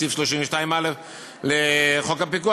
את סעיף 32(א1) לחוק הפיקוח,